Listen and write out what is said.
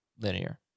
Linear